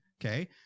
okay